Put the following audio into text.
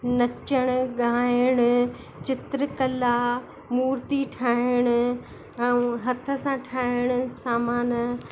नचणु ॻाइणु चित्रकला मूर्ति ठाहिणु ऐं हथ सां ठाहिणु सामान